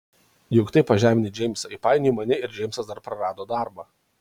juk taip pažeminai džeimsą įpainiojai mane ir džeimsas dar prarado darbą